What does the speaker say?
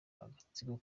agatsiko